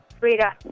Rita